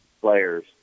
players